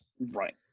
Right